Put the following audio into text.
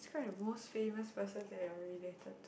describe the most famous person that you're related to